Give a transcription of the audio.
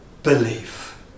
Belief